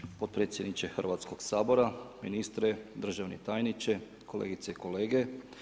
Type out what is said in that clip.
Hvala potpredsjedniče Hrvatskog sabora, ministre, državni tajniče kolegice i kolege.